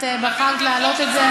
את בחרת להעלות את זה,